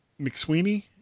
McSweeney